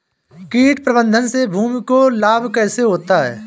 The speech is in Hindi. कीट प्रबंधन से भूमि को लाभ कैसे होता है?